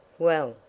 well!